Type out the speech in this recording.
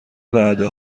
وعده